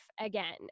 again